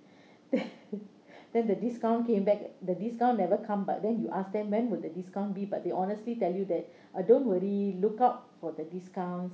then then the discount came back the discount never come but then you ask them when will the discount be but they honestly tell you that uh don't worry lookout for the discount